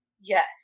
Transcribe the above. Yes